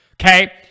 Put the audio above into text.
okay